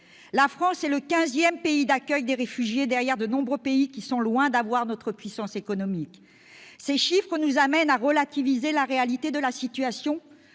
La France est le quinzième pays d'accueil des réfugiés, derrière de nombreux pays qui sont loin d'avoir notre puissance économique. Ces chiffres nous amènent à relativiser la réalité de la situation